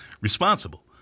responsible